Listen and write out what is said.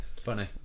Funny